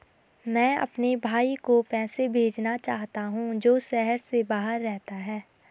मैं अपने भाई को पैसे भेजना चाहता हूँ जो शहर से बाहर रहता है